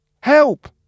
Help